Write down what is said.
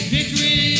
Victory